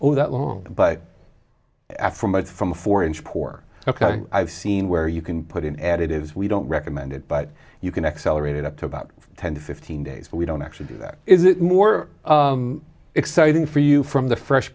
or that long but from a four inch pour ok i've seen where you can put in additives we don't recommend it but you can accelerate it up to about ten to fifteen days we don't actually do that is it more exciting for you from the fresh